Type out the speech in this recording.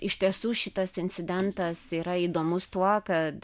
iš tiesų šitas incidentas yra įdomus tuo kad